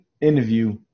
interview